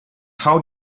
how